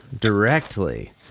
directly